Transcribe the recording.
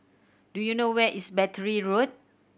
do you know where is Battery Road